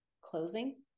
closing